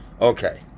Okay